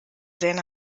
seine